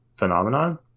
phenomenon